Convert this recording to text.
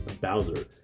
Bowser